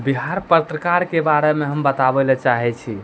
बिहार पत्रकारके बारेमे हम बताबै लए चाहै छी